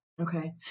Okay